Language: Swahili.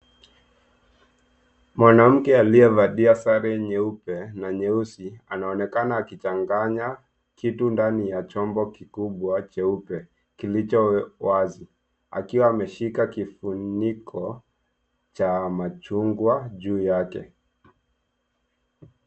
Mwanamke aliyevalia sare nyeupe na nyeusi anaonekana akichanganya kitu ndani ya chombo kubwa cheupe kilicho wazi, akiwa ameshika kifuniko cha machungwa juu yake.